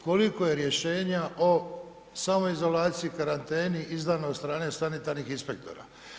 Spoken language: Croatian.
Koliko je rješenja o samoizolaciji, karanteni izdano od strane sanitarnih inspektora?